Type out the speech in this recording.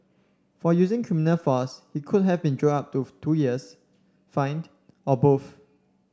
for using criminal force he could have been jailed up to two years fined or both